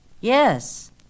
Yes